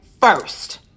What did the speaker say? first